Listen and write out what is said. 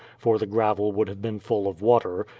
for the gravel would have been full of water,